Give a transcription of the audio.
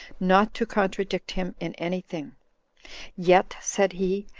not to contradict him in any thing yet, said he,